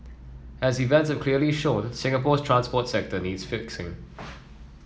as events have clearly shown Singapore's transport sector needs fixing